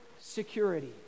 security